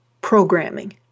programming